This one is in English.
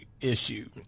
issue